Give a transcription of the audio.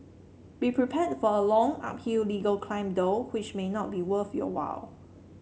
be prepared for a long uphill legal climb though which may not be worth your while